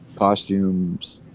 costumes